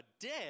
dead